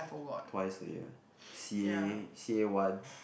twice a year c_a c_a-one